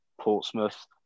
Portsmouth